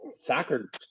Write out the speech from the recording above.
soccer